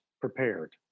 prepared